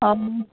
ꯑꯥ